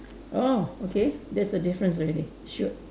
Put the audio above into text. oh okay that's a difference already shoot